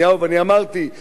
ואני אמרתי,